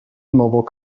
mobile